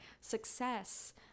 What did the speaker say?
success